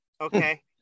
Okay